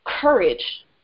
courage